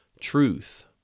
truth